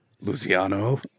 Luciano